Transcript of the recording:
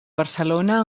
barcelona